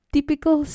Typical